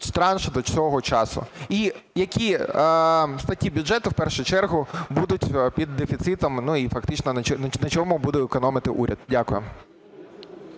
транш до цього часу? І які статті бюджету в першу чергу будуть під дефіцитом, і фактично на чому буде економити уряд? Дякую.